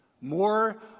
More